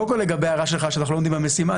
קודם כל לגבי ההערה שלך שאנחנו לא עומדים במשימה,